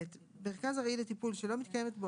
(ב)מרכז ארעי לטיפול שלא מתקיימת בו